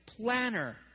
Planner